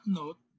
note